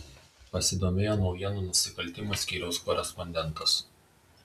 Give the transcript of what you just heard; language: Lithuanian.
pasidomėjo naujienų nusikaltimų skyriaus korespondentas